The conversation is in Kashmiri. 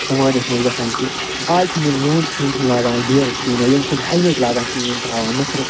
سَماجس منٛز گژھان کہِ آز چھِنہٕ یِم لونڈٕ چھِ یِم چھِنہٕ لاگان گیرٕز کِہیٖنۍ یا یِم چھِنہٕ ہیٚلمِٹ لاگان کِہیٖنۍ یِم چھِ ہاوان نٔکھرٕ